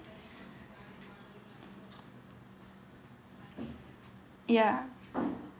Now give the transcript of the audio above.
ya